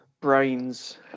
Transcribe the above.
brains